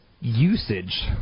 usage